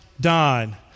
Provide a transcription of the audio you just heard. died